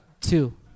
Two